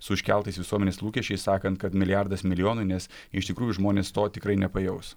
su iškeltais visuomenės lūkesčiais sakant kad milijardas milijonui nes iš tikrųjų žmonės to tikrai nepajaus